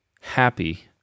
happy